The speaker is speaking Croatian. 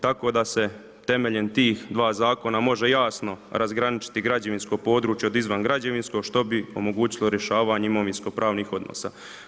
Tako da se temeljem tih 2 zakona može jasno razgraničiti građevinsko područje, od izvan građevinsko, što bi omogućilo rješavanje imovinsko pravnih odnosa.